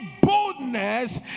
boldness